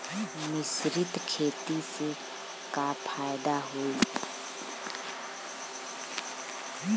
मिश्रित खेती से का फायदा होई?